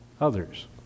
others